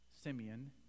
Simeon